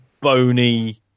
bony